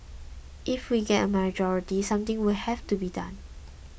if we get a majority something will have to be done